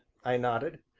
i nodded,